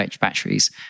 batteries